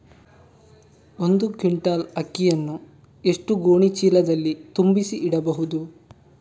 ಒಂದು ಕ್ವಿಂಟಾಲ್ ಅಕ್ಕಿಯನ್ನು ಎಷ್ಟು ಗೋಣಿಚೀಲದಲ್ಲಿ ತುಂಬಿಸಿ ಇಡಬಹುದು?